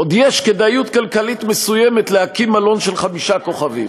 עוד יש כדאיות כלכלית מסוימת להקים מלון של חמישה כוכבים,